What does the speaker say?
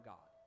God